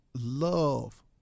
love